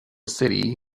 city